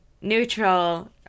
Neutral